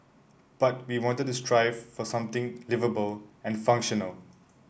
but we wanted to strive for something liveable and functional